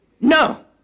No